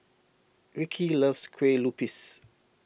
Ricki loves Kueh Lupis